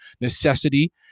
necessity